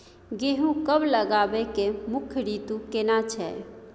गेहूं कब लगाबै के मुख्य रीतु केना छै?